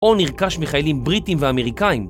או נרכש מחיילים בריטיים ואמריקאיים.